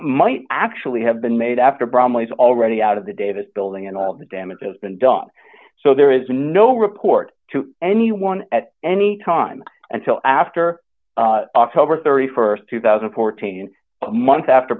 might actually have been made after bromley is already out of the davis building and all the damage has been done so there is no report to anyone at any time until after october st two thousand and fourteen months after